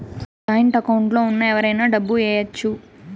joint account లో ఉన్న ఎవరైనా డబ్బు ఏయచ్చు